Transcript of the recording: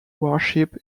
warship